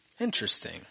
Interesting